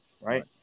right